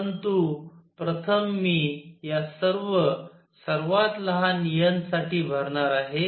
परंतु प्रथम मी या सर्व सर्वात लहान n साठी भरणार आहे